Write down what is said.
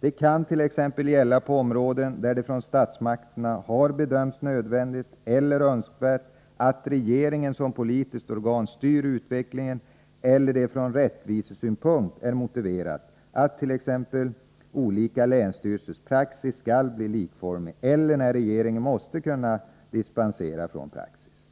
Det kan t.ex. gälla på områden där det från statsmakterna har bedömts nödvändigt eller önskvärt att regeringen som politiskt organ styr utvecklingen eller där det från rättvisesynpunkt är motiverat att t.ex. olika länsstyrelsers praxis skall bli likformig — eller när regeringen måste kunna dispensera från praxis.